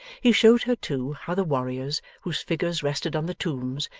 he showed her too, how the warriors, whose figures rested on the tombs,